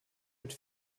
mit